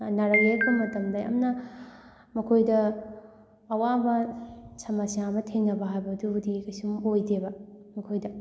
ꯅꯥꯔꯛ ꯌꯦꯛꯂꯛꯄ ꯃꯇꯝꯗ ꯌꯥꯝꯅ ꯃꯈꯣꯏꯗ ꯑꯋꯥꯕ ꯁꯃꯁ꯭ꯌꯥ ꯑꯃ ꯊꯦꯡꯅꯕ ꯍꯥꯏꯕꯗꯨꯕꯨꯗꯤ ꯀꯩꯁꯨꯝ ꯑꯣꯏꯗꯦꯕ ꯃꯈꯣꯏꯗ